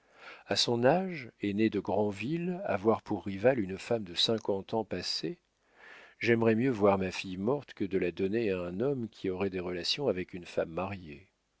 a son âge et née de grandville avoir pour rivale une femme de cinquante ans passés j'aimerais mieux voir ma fille morte que de la donner à un homme qui aurait des relations avec une femme mariée